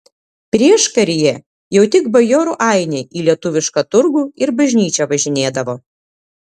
prieškaryje jau tik bajorų ainiai į lietuvišką turgų ir bažnyčią važinėdavo